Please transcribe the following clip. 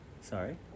sorry